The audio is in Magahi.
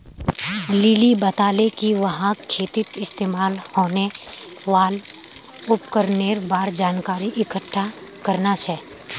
लिली बताले कि वहाक खेतीत इस्तमाल होने वाल उपकरनेर बार जानकारी इकट्ठा करना छ